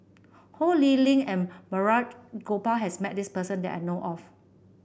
Ho Lee Ling and Balraj Gopal has met this person that I know of